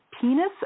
penis